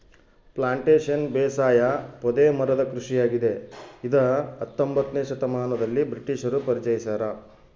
plantation ಬೇಸಾಯ ಪೊದೆ ಮರದ ಕೃಷಿಯಾಗಿದೆ ಇದ ಹತ್ತೊಂಬೊತ್ನೆ ಶತಮಾನದಲ್ಲಿ ಬ್ರಿಟಿಷರು ಪರಿಚಯಿಸ್ಯಾರ